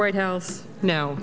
white house now